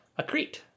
Accrete